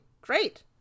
Great